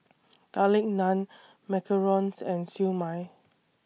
Garlic Naan Macarons and Siew Mai